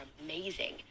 amazing